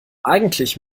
eigentlich